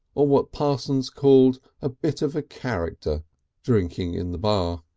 or what parsons called a bit of ah character drinking in the bar.